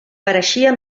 pareixia